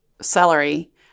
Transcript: celery